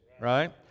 right